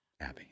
Abby